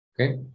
Okay